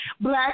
black